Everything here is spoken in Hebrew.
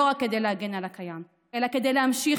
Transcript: לא רק כדי להגן על הקיים אלא כדי להמשיך